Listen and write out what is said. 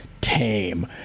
tame